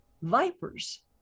vipers